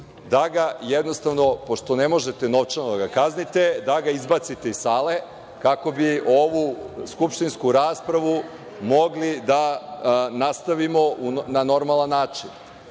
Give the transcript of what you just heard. da ga jednostavno, pošto ne možete novčano da ga kaznite, izbacite iz sale, kako bi ovu skupštinsku raspravu mogli da nastavimo na normalan način. Znači,